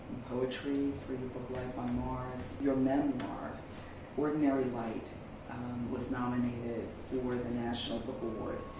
poetry, for your book life on mars. your memoir ordinary light was nominated for the national book award.